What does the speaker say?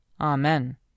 Amen